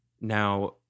now